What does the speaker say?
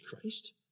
Christ